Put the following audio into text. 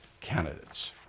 candidates